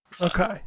Okay